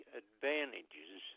advantages